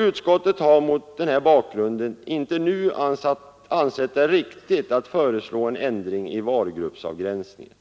Utskottet har mot den bakgrunden inte nu ansett det riktigt att föreslå en ändring i varugruppsavgränsningen,